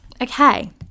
Okay